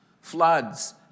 floods